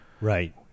Right